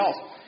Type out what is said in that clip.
else